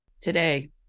Today